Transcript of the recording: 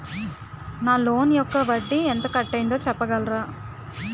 నా లోన్ యెక్క వడ్డీ ఎంత కట్ అయిందో చెప్పగలరా?